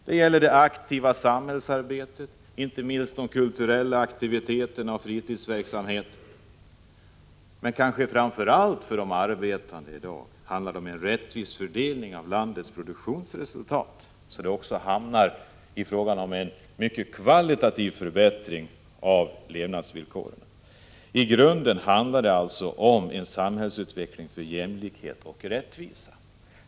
Inte minst handlar det om mera tid för kulturella aktiviteter och fritidsverksamhet. Men vad det kanske framför allt handlar om för de arbetande i dag är en rättvis fördelning av landets produktionsresultat, så att man uppnår en kvalitativ förbättring av människors levnadsvillkor. I grunden är det alltså fråga om en samhällsutveckling för jämlikhet och rättvisa.